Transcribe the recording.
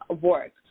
work